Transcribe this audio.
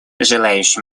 желающим